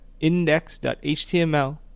index.html